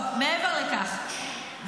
מעבר לכך,